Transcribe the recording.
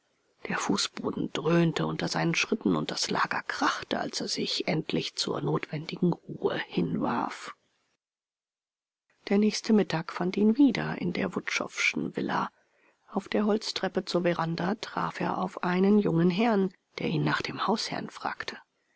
der fußboden dröhnte unter seinen schritten und das lager krachte als er sich endlich zur notwendigen ruhe hinwarf der nächste mittag fand ihn wieder in der wutschowschen villa auf der holztreppe zur veranda traf er auf einen jüngeren herrn der ihn nach dem hausherrn fragte